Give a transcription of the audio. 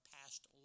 past